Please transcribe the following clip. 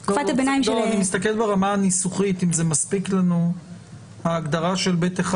אני מסתכל הרמה הניסוחית אם מספיקה לנו ההגדה של (ב)(1),